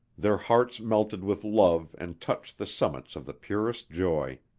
their hearts melted with love and touched the summits of the purest joy.